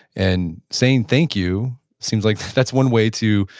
and saying thank you seems like that's one way to,